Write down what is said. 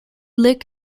lick